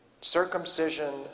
Circumcision